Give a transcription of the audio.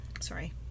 Sorry